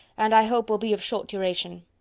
and i hope will be of short duration.